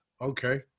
Okay